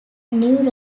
new